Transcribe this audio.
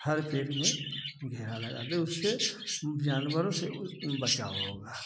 हर पेड़ में घेरा लगा दें उससे जानवरों से उस बचाव होगा